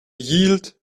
yield